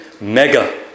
Mega